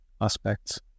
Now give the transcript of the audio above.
aspects